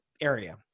area